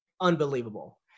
unbelievable